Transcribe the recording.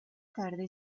tarde